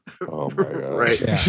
right